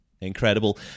incredible